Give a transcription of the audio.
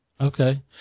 Okay